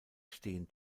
stehen